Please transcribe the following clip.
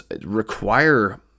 require